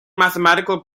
mathematical